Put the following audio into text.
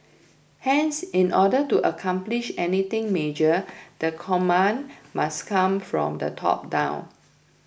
hence in order to accomplish anything major the command must come from the top down